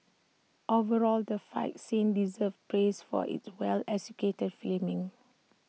overall the fight scenes deserve praise for its well executed filming